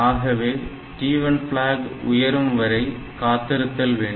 ஆகவே T1 flag உயரும் வரை காத்திருத்தல் வேண்டும்